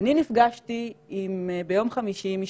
אני נפגשתי ביום חמישי עם משפחות.